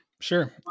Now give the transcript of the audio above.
Sure